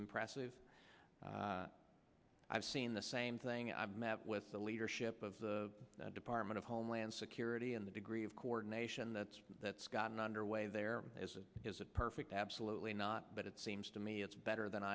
impressive i've seen the same thing i've met with the leadership of the department of homeland security and the degree of coordination that's that's gotten underway there as it is a perfect absolutely not but it seems to me it's better than